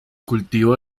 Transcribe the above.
cultivo